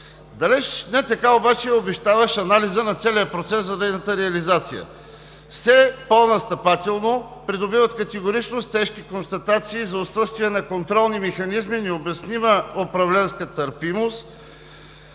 Далеч не така обаче е обещаващ анализът на целия процес за нейната реализация. Все по-настъпателно придобиват категоричност тежки констатации за отсъствие на контролни механизми, необяснима управленска търпимост